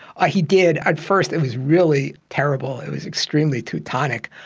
ah he did. at first it was really terrible, it was extremely teutonic.